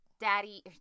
Daddy